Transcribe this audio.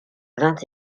vingt